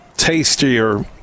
tastier